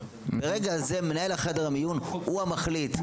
מרגע זה מנהל חדר המיון הוא המחליט.